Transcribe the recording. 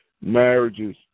marriages